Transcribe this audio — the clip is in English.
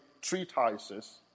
treatises